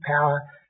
power